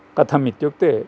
कथमित्युक्ते